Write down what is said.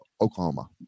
oklahoma